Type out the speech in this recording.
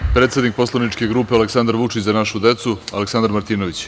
Reč ima predsednik poslaničke grupe Aleksandar Vučić – Za našu decu, Aleksandar Martinović.